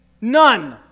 none